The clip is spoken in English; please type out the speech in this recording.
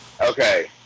okay